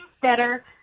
better